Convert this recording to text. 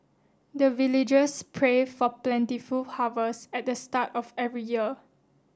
the villagers pray for plentiful harvest at the start of every year